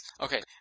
Okay